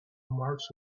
mark